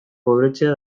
pobretzea